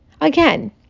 again